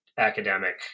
academic